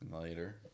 later